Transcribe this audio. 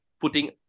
putting